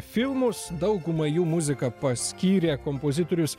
filmus daugumai jų muziką paskyrė kompozitorius